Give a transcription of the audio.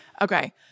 okay